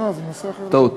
טעות.